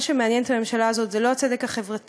מה שמעניין את הממשלה הזאת זה לא הצדק החברתי,